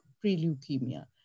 pre-leukemia